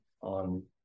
on